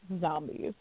zombies